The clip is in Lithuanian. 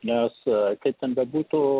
nes kaip ten bebūtų